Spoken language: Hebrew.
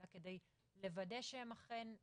אלא כדי לוודא שהם אכן מתקיימות.